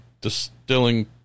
distilling